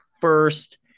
first